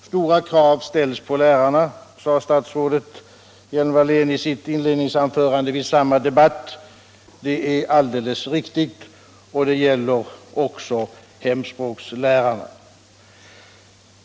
Stora krav ställs på lärarna, sade statsrådet Hjelm-Wallén i sitt inledningsanförande i samma debatt. Det är alldeles riktigt, och detta gäller också hemspråkslärarna.